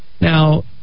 Now